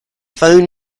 phone